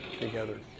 together